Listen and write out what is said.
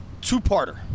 Two-parter